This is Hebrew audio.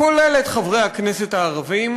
כולל את חברי הכנסת הערבים,